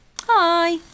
Hi